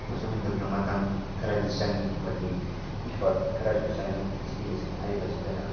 ꯃꯁꯨꯃꯥꯏ ꯇꯧꯗꯅ ꯃꯇꯝ ꯈꯔꯗꯤ ꯆꯪꯏ ꯑꯃꯗꯤ ꯏꯐ꯭ꯔꯠ ꯈꯔꯁꯨ ꯆꯪꯏ ꯗꯤꯁꯇꯤꯂꯦꯁꯟ ꯍꯥꯏꯔꯤꯕ ꯑꯁꯤꯗꯅ